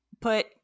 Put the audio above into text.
put